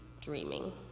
dreaming